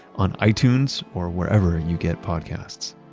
on itunes or wherever you get podcasts